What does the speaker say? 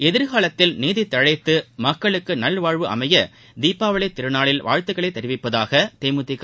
எதிர்காலத்தில் நீதி தழைத்து மக்களுக்கு நல்வாழ்வு அமைய தீபாவளி திருநாளில் வாழ்த்துக்களைத் தெரிவிப்பதாக தேமுதிக